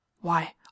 Why